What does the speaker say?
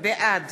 בעד